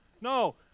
No